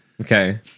okay